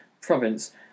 province